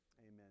Amen